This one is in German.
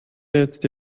jetzt